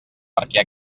perquè